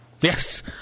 Yes